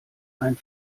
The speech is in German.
ein